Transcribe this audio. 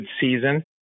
season